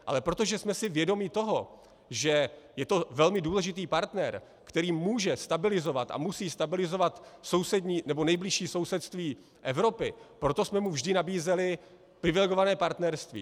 Ale protože jsme si vědomi toho, že je to velmi důležitý partner, který může stabilizovat a musí stabilizovat nejbližší sousedství Evropy, proto jsme mu vždy nabízeli privilegované partnerství.